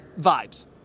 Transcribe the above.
Vibes